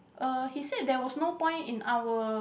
uh he said there was no point in our